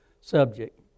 subject